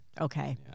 Okay